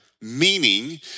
Meaning